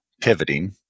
pivoting